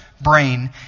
brain